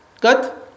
Good